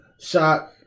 shot